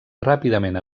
ràpidament